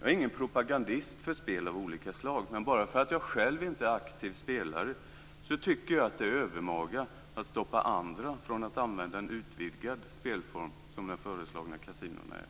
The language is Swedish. Jag är ingen propagandist för spel av olika slag. Men bara för att jag själv inte är aktiv spelare, tycker jag att det är övermaga att stoppa andra från att använda en utvidgad spelform som de föreslagna kasinona är.